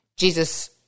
Jesus